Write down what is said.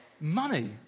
money